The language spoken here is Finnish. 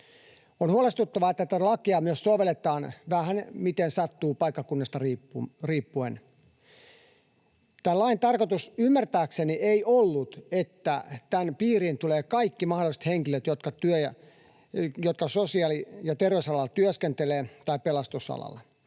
On huolestuttavaa, että tätä lakia myös sovelletaan vähän miten sattuu paikkakunnasta riippuen. Tämän lain tarkoitus ymmärtääkseni ei ollut, että tämän piiriin tulevat kaikki mahdolliset henkilöt, jotka sosiaali- ja terveysalalla tai pelastusalalla